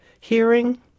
hearing